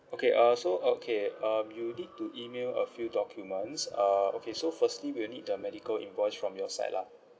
okay uh so okay um you need to email a few documents err okay so firstly we'll need the medical invoice from your side lah